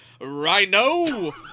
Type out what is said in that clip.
rhino